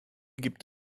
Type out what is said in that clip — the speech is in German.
gibt